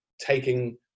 taking